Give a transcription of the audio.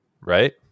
Right